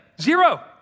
Zero